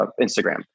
Instagram